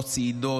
לא צעידות,